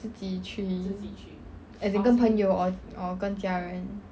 自己去 as in 跟朋友 or or 跟家人